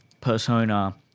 persona